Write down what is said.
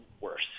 worse